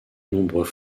nombreux